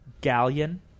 galleon